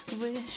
wish